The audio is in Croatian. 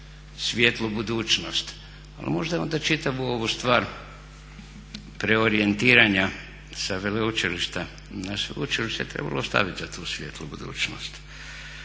svjetlu budućnost? A možda je onda čitavu ovu stvar preorijentirana sa veleučilišta na sveučilište trebalo ostaviti za tu svjetlu budućnost.